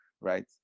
right